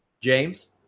james